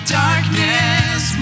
darkness